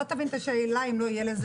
לא תבין את השאלה אם לא יהיה לזה רקע.